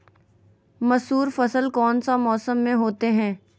मसूर फसल कौन सा मौसम में होते हैं?